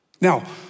Now